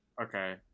okay